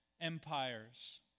empires